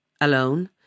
alone